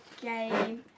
game